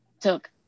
took